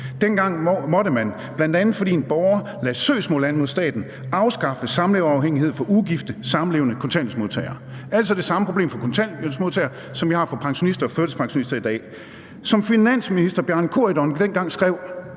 Dengang måtte man, bl.a. fordi en borger lagde søgsmål an mod staten, afskaffe samleverafhængighed for ugifte samlevende kontanthjælpsmodtagere. Det var altså det samme problem for kontanthjælpsmodtagere, som vi har for pensionister og førtidspensionister i dag. Som finansminister Bjarne Corydon dengang